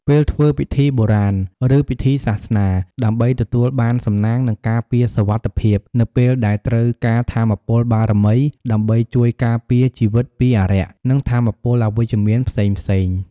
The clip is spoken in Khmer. ពេលធ្វើពិធីបុរាណ ឬពិធីសាសនា ដើម្បីទទួលបានសំណាង និងការពារសុវត្ថិភាព នៅពេលដែលត្រូវការថាមពលបារមីដើម្បីជួយការពារជីវិតពីអារក្ស និងថាមពលអវិជ្ជមានផ្សេងៗ។